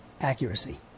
accuracy